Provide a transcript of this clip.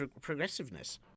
progressiveness